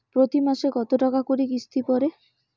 প্রতি মাসে কতো টাকা করি কিস্তি পরে?